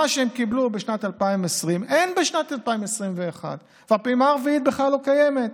מה שהם קיבלו בשנת 2020 אין בשנת 2021. הפעימה הרביעית בכלל לא קיימת.